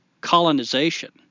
colonization